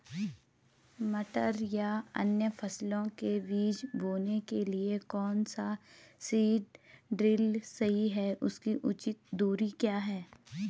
मटर या अन्य फसलों के बीज बोने के लिए कौन सा सीड ड्रील सही है इसकी उचित दूरी क्या है?